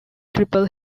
triple